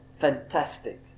fantastic